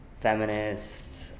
feminist